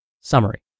Summary